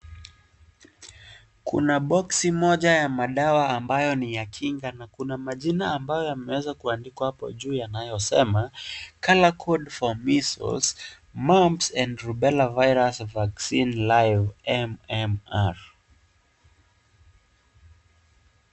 Kuna boksi moja ya madawa ambayo ni ya kinga. Kuna majina ambayo yameweza kuandikwa hapo juu yanayosema Colour code for Measles, Mumps and Rubella Virus Vaccine viral-MMR .